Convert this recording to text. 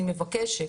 אני מבקשת.